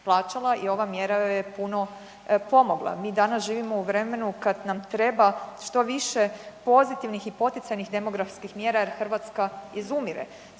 plaćala i ova mjera joj je puno pomogla. Mi danas živimo u vremenu kad nam treba što više pozitivnih i poticajnih demografskih mjera jer Hrvatska izumire,